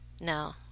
no